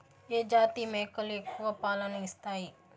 ఏ జాతి మేకలు ఎక్కువ పాలను ఇస్తాయి?